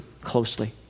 closely